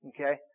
okay